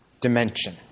dimension